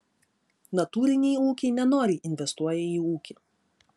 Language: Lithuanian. natūriniai ūkiai nenoriai investuoja į ūkį